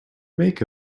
make